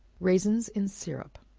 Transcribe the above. raisins in syrup.